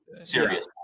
serious